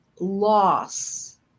loss